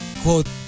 quote